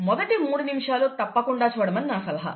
మొదటి మూడు నిముషాలు తప్పకుండా చూడమని నా సలహా